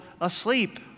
asleep